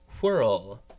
whirl